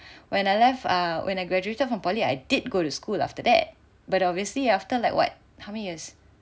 when I left err when I graduated from poly I did go to school after that but obviously after like what how many years